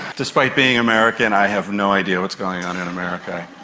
despite being american i have no idea what's going on in america.